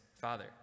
father